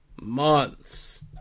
months